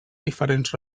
diferents